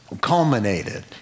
culminated